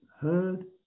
heard